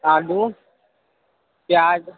آلو پیاز